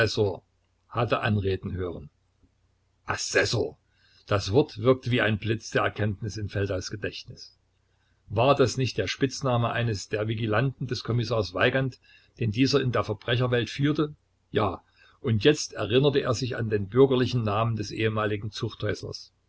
hatte anreden hören assessor das wort wirkte wie ein blitz der erkenntnis in feldaus gedächtnis war das nicht der spitzname eines der vigilanten des kommissars weigand den dieser in der verbrecherwelt führte ja und jetzt erinnerte er sich an den bürgerlichen namen des ehemaligen